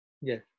Yes